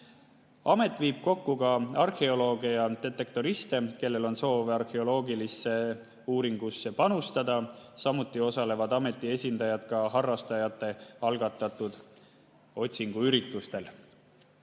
Amet viib kokku ka arheolooge ja detektoriste, kellel on soov arheoloogilisse uuringusse panustada. Samuti osalevad ameti esindajad harrastajate algatatud otsinguüritustel.